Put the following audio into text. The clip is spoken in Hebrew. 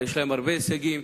יש להם הרבה הישגים.